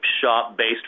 shop-based